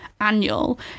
annual